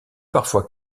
parfois